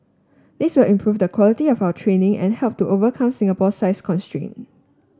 this will improve the quality of our training and help to overcome Singapore size constraint